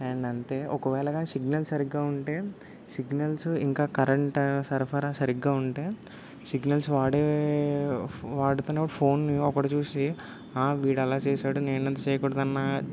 and అంతే ఒకవేళ signals సరిగ్గా ఉంటే సిగ్నల్స్ ఇంకా కరెంట్ సరఫరా సరిగ్గా ఉంటే సిగ్నల్స్ వాడే వాడుతున్న ఫోన్ ఒకడు చూసి వీడలా చేశాడు నేనది చేయకూడదు అన్న